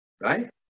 right